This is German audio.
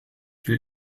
will